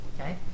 Okay